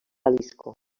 jalisco